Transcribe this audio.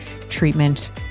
treatment